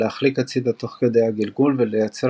להחליק הצידה תוך כדי הגלגול וליצור